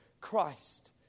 Christ